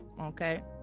okay